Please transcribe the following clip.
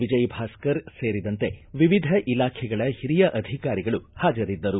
ವಿಜಯಭಾಸ್ಕರ್ ಸೇರಿದಂತೆ ವಿವಿಧ ಇಲಾಖೆಗಳ ಹಿರಿಯ ಅಧಿಕಾರಿಗಳು ಹಾಜರಿದ್ದರು